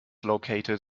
located